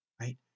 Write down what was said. right